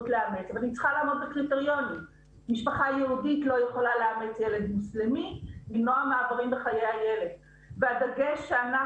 כוונה למנוע מעברים בחייו של הילד.